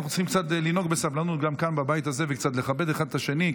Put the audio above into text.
אנחנו צריכים קצת לנהוג בסבלנות גם כאן בבית הזה וקצת לכבד אחד את השני,